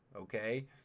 okay